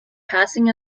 passing